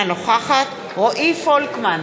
אינה נוכחת רועי פולקמן,